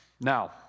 Now